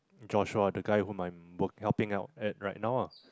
Joshua the guy who my work helping out at right now ah